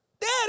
Daddy